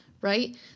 right